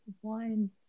one